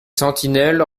sentinelles